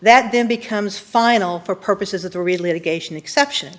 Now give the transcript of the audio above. that then becomes final for purposes of the